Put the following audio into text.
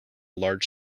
large